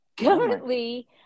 currently